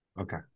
Okay